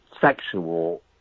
sexual